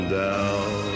down